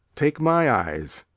take my eyes.